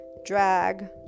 drag